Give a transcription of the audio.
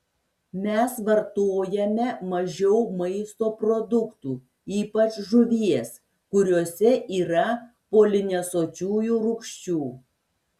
mes vartojame mažiau maisto produktų ypač žuvies kuriuose yra polinesočiųjų rūgščių